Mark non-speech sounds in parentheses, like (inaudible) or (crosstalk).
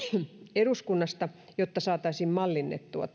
eduskunnasta jotta saataisiin mallinnettua (unintelligible)